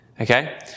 Okay